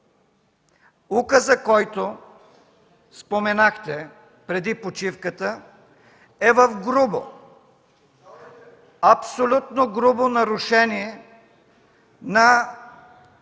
Указът, който споменахте преди почивката, е в грубо, абсолютно грубо нарушение на Изборния